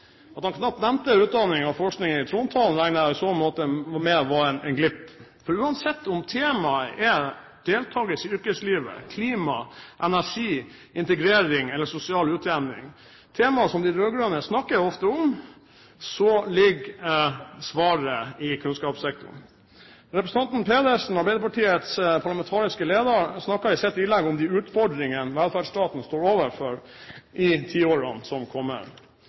At han knapt nevnte utdanning og forskning i trontalen, regner jeg med var en glipp i så måte. Uansett om temaet er deltakelse i yrkeslivet, klima, energi, integrering eller sosial utjevning, temaer som de rød-grønne ofte snakker om, ligger svaret i kunnskapssektoren. Representanten Pedersen, Arbeiderpartiets parlamentariske leder, snakket i sitt innlegg om utfordringene som velferdsstaten står overfor i tiårene som kommer,